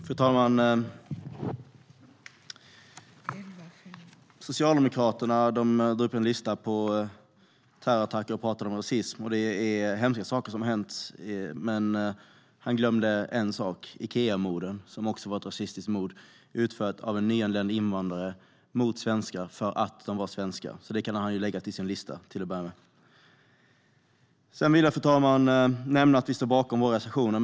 Fru talman! Socialdemokraternas talesman tog upp en lista över terrorattacker och talade om rasism. Det är hemska saker som hänt. Men han glömde en sak: Ikeamorden. Det var också rasistiska mord utförda av en nyanländ invandrare mot svenskar för att de var svenskar. Det kan han till att börja med lägga till sin lista. Fru talman! Vi står bakom våra reservationer.